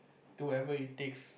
do whatever it takes